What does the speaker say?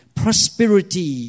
prosperity